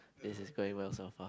this is going well so far